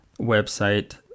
website